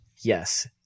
yes